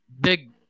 big